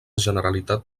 generalitat